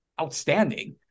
outstanding